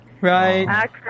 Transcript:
Right